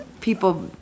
people